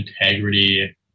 integrity